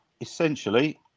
essentially